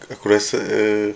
aku rasa uh